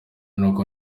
n’uko